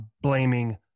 blaming